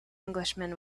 englishman